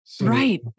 Right